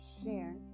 share